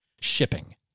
shipping